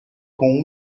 com